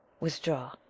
Withdraw